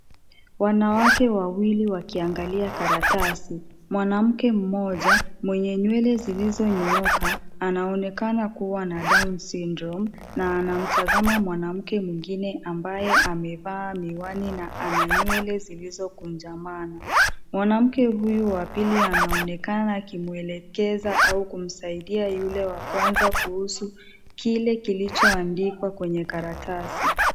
Wanawake wawili wakiangalia karatasi. Mwanamke mmoja mwenye nywele zilizonyooka anaonekana kuwa na down syndrome na anamtazama mwanamke mwingine ambaye amevaa miwani na ana nywele zilizokunjamana. Mwanamke huyu wa pili anaonekana akimuelekeza au kumsaidia yule wa kwanza kuhusu kile kilichoandikwa kwenye karatasi.